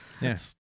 Yes